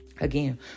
again